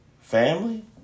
family